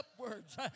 upwards